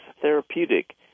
Therapeutic